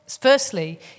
Firstly